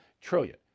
Trillion